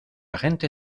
gente